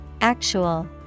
Actual